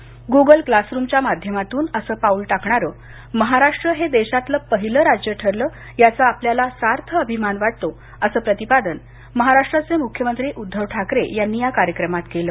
Google क्लासरुमच्या माध्यमातून असे पाऊल टाकणारे महाराष्ट्र हे देशातील पहिले राज्य ठरले याचा आपल्याला सार्थ अभिमान वाटतो असे प्रतिपादन मुख्यमंत्री उद्घव ठाकरे यांनी यावेळी केलं